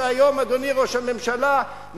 אדוני ראש הממשלה,